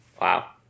Wow